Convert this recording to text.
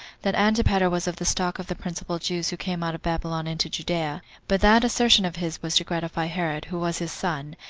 that antipater was of the stock of the principal jews who came out of babylon into judea but that assertion of his was to gratify herod, who was his son,